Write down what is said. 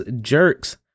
jerks